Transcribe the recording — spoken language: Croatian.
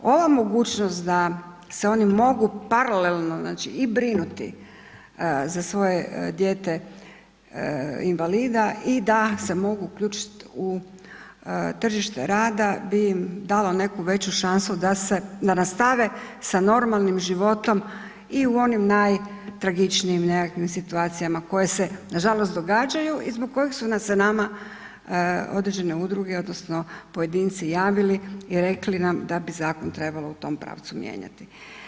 Ova mogućnost da se oni mogu paralelno i brinuti za svoje dijete invalida i da se mogu uključiti u tržište rada bi im dalo neku veću šansu da nastave sa normalnim životom i u onim najtragičnijim nekakvim situacijama koje se nažalost događaju i zbog kojih su se nama određene udruge odnosno pojedinci javili i rekli nam da bi zakon trebalo u tom pravcu mijenjati.